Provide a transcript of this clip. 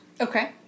Okay